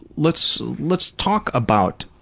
let's let's talk about,